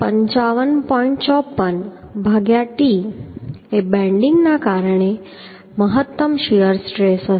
54 ભાગ્યા t એ બેન્ડિંગને કારણે મહત્તમ શીયર સ્ટ્રેસ હશે